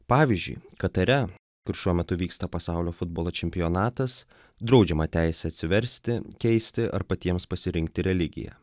pavyzdžiui katare kur šiuo metu vyksta pasaulio futbolo čempionatas draudžiama teisė atsiversti keisti ar patiems pasirinkti religiją